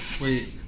Wait